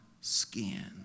skin